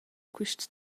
quist